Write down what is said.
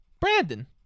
Brandon